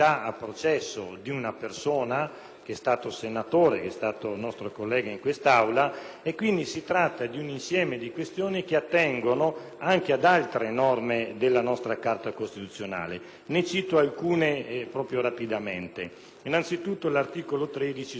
che è stata senatore e nostro collega in quest'Aula. Si tratta, quindi, di un insieme di questioni attinenti anche ad altre norme della nostra Carta costituzionale. Ne cito alcune rapidamente: innanzitutto, l'articolo 13 sulla libertà personale inviolabile;